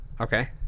Okay